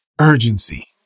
urgency